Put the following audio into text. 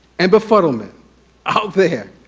and befuddlement out there,